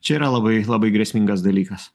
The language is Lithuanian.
čia yra labai labai grėsmingas dalykas